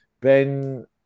Ben